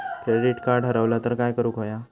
Credit card हरवला तर काय करुक होया?